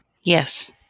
Yes